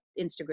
Instagram